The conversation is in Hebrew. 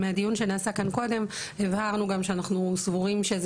מהדיון שנעשה כאן קודם הבהרנו גם שאנחנו סבורים,